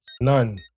None